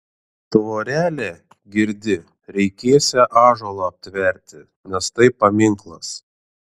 tvorelę girdi reikėsią ąžuolą aptverti nes tai paminklas